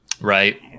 right